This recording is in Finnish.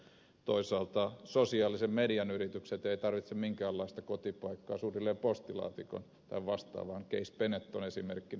toisaalta sosiaalisen median yritykset eivät tarvitse minkäänlaista kotipaikkaa suunnilleen postilaatikon tai vastaavan case benetton esimerkkinä